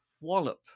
wallop